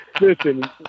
Listen